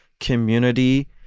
community